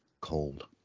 Cold